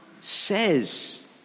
says